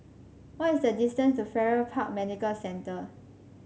what is the distance to Farrer Park Medical Centre